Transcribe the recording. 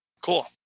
Cool